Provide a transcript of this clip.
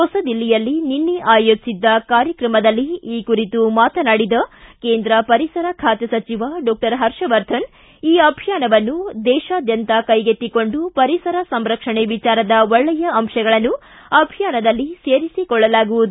ಹೊಸದಿಲ್ಲಿಯಲ್ಲಿ ನಿನ್ನೆ ಆಯೋಜಿಸಿದ್ದ ಕಾರ್ಯಕ್ರಮದಲ್ಲಿ ಈ ಕುರಿತು ಮಾತನಾಡಿದ ಕೇಂದ್ರ ಪರಿಸರ ಖಾತೆ ಸಚಿವ ಡಾಕ್ಟರ್ ಹರ್ಷವರ್ಧನ ಈ ಅಭಿಯಾನವನ್ನು ದೇಶಾದ್ಯಂತ ಕೈಗೆತ್ತಿಕೊಂಡು ಪರಿಸರ ಸಂರಕ್ಷಣೆ ವಿಚಾರದ ಒಳ್ಳೆಯ ಅಂಶಗಳನ್ನು ಅಭಿಯಾನದಲ್ಲಿ ಸೇರಿಸಿಕೊಳ್ಳಲಾಗುವುದು